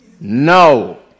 No